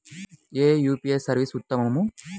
ఏ UPI service ఉత్తమము?